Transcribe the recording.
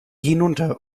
hinunter